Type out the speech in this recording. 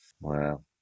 Wow